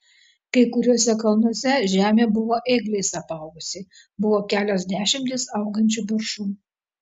kai kuriuose kalnuose žemė buvo ėgliais apaugusi buvo kelios dešimtys augančių beržų